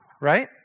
Right